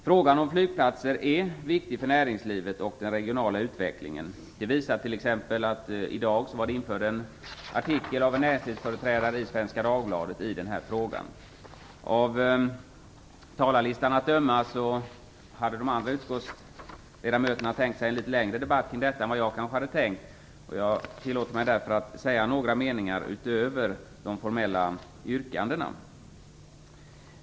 Frågan om flygplatser är viktig för näringslivet och den regionala utvecklingen. Det visar t.ex. en artikel av en näringslivsföreträdare i Svenska Dagbladet i dag. Av talarlistan att döma hade de andra utskottsledamöterna tänkt sig en litet längre debatt kring detta än vad jag hade tänkt mig. Jag tillåter mig därför att säga några meningar utöver de formella yrkandena.